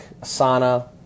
Asana